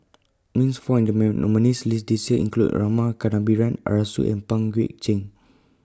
Names found nominees' list This Year include Rama Kannabiran Arasu and Pang Guek Cheng